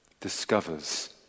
discovers